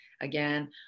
again